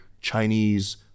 Chinese